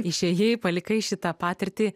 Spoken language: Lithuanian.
išėjai palikai šitą patirtį